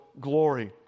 glory